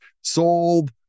sold